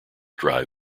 drive